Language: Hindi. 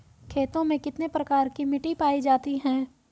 खेतों में कितने प्रकार की मिटी पायी जाती हैं?